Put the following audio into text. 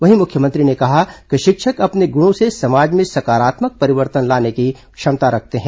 वहीं मुख्यमंत्री ने कहा कि शिक्षक अपने गुणों से समाज में सकारात्मक परिवर्तन लाने की क्षमता रखते हैं